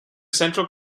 central